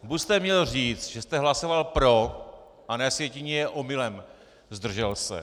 Buď jste měl říct, že jste hlasoval pro a na sjetině je omylem zdržel se.